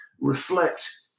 reflect